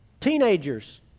Teenagers